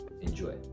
Enjoy